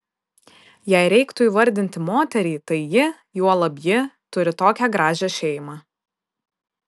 jei reiktų įvardinti moterį tai ji juolab ji turi tokią gražią šeimą